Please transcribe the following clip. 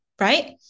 right